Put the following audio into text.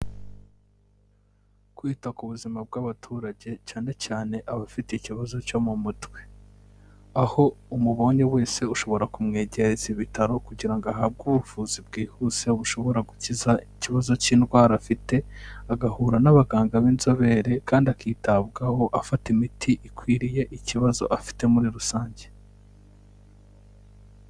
Kwita ku buzima bw'abaturage, cyane cyane abafite ikibazo cyo mu mutwe. Aho umubonye wese, ushobora kumwegereza ibitaro kugira ngo ahabwe ubuvuzi bwihuse, bushobora gukiza ikibazo cy'indwara afite, agahura n'abaganga b'inzobere kandi akitabwaho afata imiti ikwiriye ikibazo afite muri rusange.